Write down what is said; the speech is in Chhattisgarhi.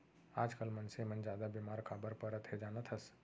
आजकाल मनसे मन जादा बेमार काबर परत हें जानत हस?